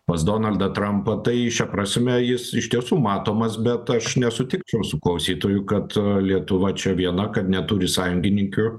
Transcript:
pas donaldą trampą tai šia prasme jis iš tiesų matomas bet aš nesutikčiau su klausytoju kad lietuva čia viena kad neturi sąjungininkių